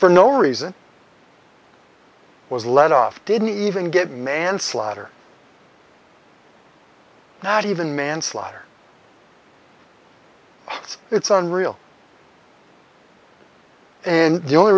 for no reason was let off didn't even get manslaughter not even manslaughter it's unreal and the only